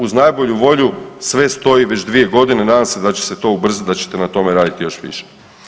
Uz najbolju volju sve stoji već 2 godine, nadam se da će se to ubrzati da ćete na tome raditi još više.